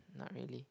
not really